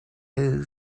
who